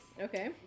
Okay